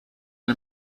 and